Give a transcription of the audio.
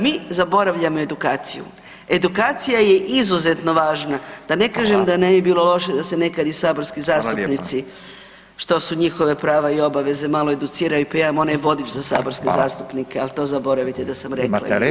Mi zaboravljamo edukaciju, edukacija je izuzetno važna, da ne kažem da bi bilo loše [[Upadica Radin: Hvala.]] da se nekad i saborski zastupnici [[Upadica Radin: Hvala lijepa.]] što su njihova prava i obaveze malo educiraju pa imamo onaj vodič za saborske zastupnike, ali to zaboravite da sam rekla izvan vremena.